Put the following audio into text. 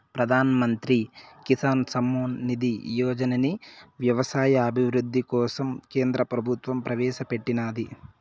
ప్రధాన్ మంత్రి కిసాన్ సమ్మాన్ నిధి యోజనని వ్యవసాయ అభివృద్ధి కోసం కేంద్ర ప్రభుత్వం ప్రవేశాపెట్టినాది